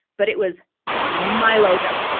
but it was my logo.